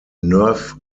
nerve